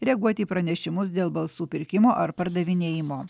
reaguoti į pranešimus dėl balsų pirkimo ar pardavinėjimo